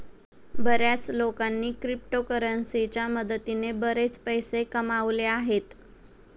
बर्याच लोकांनी क्रिप्टोकरन्सीच्या मदतीने बरेच पैसे कमावले आहेत